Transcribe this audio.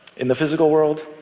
in the physical world,